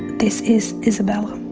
this is isabella.